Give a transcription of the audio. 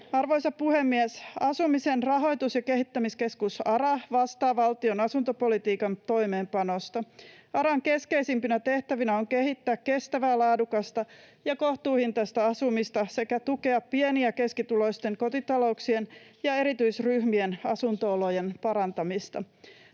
Arvoisa puhemies! Asumisen rahoitus- ja kehittämiskeskus ARA vastaa valtion asuntopolitiikan toimeenpanosta. ARAn keskeisimpinä tehtävinä on kehittää kestävää, laadukasta ja kohtuuhintaista asumista sekä tukea pieni- ja keskituloisten kotitalouksien ja erityisryhmien asunto-olojen parantamista.